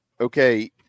Okay